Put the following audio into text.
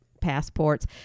passports